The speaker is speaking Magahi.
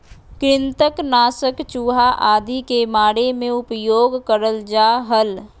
कृंतक नाशक चूहा आदि के मारे मे उपयोग करल जा हल